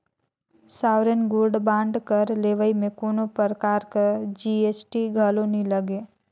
sovereign gold bond कर लेवई में कोनो परकार कर जी.एस.टी घलो नी लगे